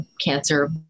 cancer